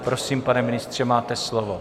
Prosím, pane ministře, máte slovo.